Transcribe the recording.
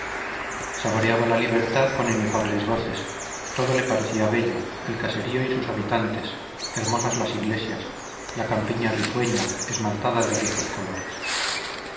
saboreaba la libertad con inefables goces todo le parecía bello el caserío y sus habitantes hermosas las iglesias la campiña risueña esmaltada de ricos colores